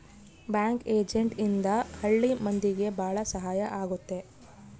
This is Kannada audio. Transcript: ಬ್ಯಾಂಕ್ ಏಜೆಂಟ್ ಇದ್ರ ಹಳ್ಳಿ ಮಂದಿಗೆ ಭಾಳ ಸಹಾಯ ಆಗುತ್ತೆ